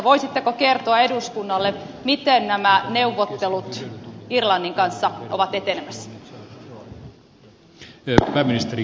voisitteko kertoa eduskunnalle miten nämä neuvottelut irlannin kanssa ovat etenemässä